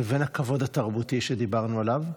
לבין הכבוד התרבותי שדיברנו עליו.